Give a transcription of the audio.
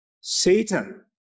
Satan